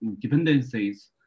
dependencies